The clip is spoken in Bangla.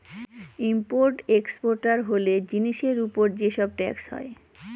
ইম্পোর্ট এক্সপোর্টার হলে জিনিসের উপর যে সব ট্যাক্স হয়